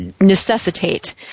necessitate